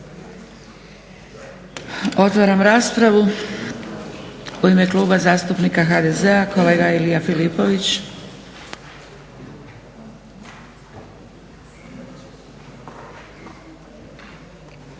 Otvaram raspravu. U ime Kluba zastupnika HDZ-a kolega Ilija Filipović.